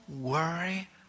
worry